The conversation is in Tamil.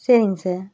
சரிங்க சார்